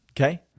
Okay